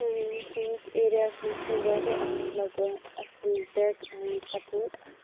سٲنِس ایریاہَس مَنٛز چھُ واریاہ اَلحَمدُلِلہ اَصل ٹیٚک سَپوٹ